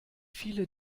viele